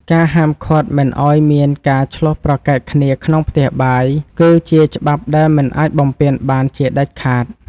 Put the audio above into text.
ការហាមឃាត់មិនឱ្យមានការឈ្លោះប្រកែកគ្នាក្នុងផ្ទះបាយគឺ ជាច្បាប់ដែលមិនអាចបំពានបានជាដាច់ខាត។